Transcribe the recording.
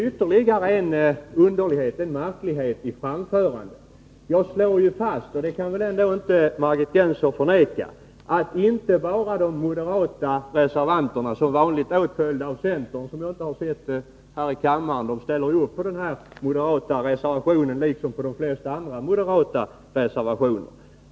Ytterligare en märklighet är — det kan väl Margit Gennser ändå inte förneka — att de moderata reservanterna som vanligt är åtföljda av centerrepresentanterna, som jag inte har sett till här i kammaren. De ställer alltså upp bakom den moderata reservationen, liksom bakom de flesta andra moderata reservationer.